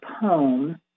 poem